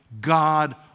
God